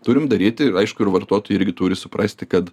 turim daryti aišku ir vartotojai irgi turi suprasti kad